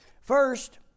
First